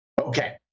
Okay